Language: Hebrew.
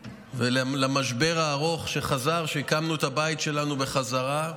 ולמשבר הארוך שחזר כשהקמנו את הבית שלנו בחזרה.